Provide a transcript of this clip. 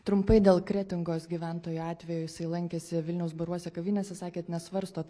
trumpai dėl kretingos gyventojo atvejo jisai lankėsi vilniaus baruose kavinėse sakėt nesvarstot